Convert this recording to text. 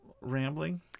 rambling